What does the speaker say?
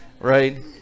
right